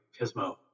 Pismo